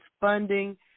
funding